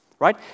Right